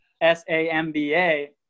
s-a-m-b-a